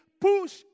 push